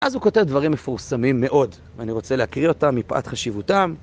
אז הוא כותב דברים מפורסמים מאוד, ואני רוצה להקריא אותם מפאת חשיבותם